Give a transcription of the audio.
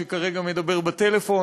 שכרגע מדבר בטלפון,